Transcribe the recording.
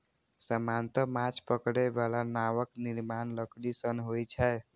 सामान्यतः माछ पकड़ै बला नावक निर्माण लकड़ी सं होइ छै